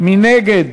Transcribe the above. מי נגד?